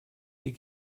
die